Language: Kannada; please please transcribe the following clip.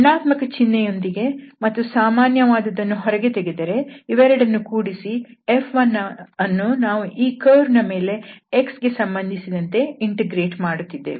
ಋಣಾತ್ಮಕ ಚಿನ್ಹೆಯೊಂದಿಗೆ ಮತ್ತು ಸಾಮಾನ್ಯವಾದುದನ್ನು ಹೊರಗೆ ತೆಗೆದರೆ ಇವೆರಡನ್ನು ಕೂಡಿಸಿ F1ಅನ್ನು ನಾವು ಈ ಕರ್ವ್ ನ ಮೇಲೆ x ಗೆ ಸಂಬಂಧಿಸಿದಂತೆ ಇಂಟಿಗ್ರೇಟ್ ಮಾಡುತ್ತಿದ್ದೇವೆ